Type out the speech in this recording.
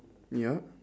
yup